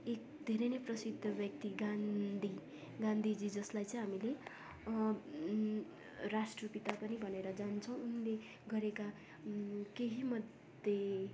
एक धेरै नै प्रसिद्ध व्यक्ति गान्धी गान्धीजी जसलाई चाहिँ हामीले राष्ट्रपिता पनि भनेर जान्दछौँ उनले गरेका केहीमध्ये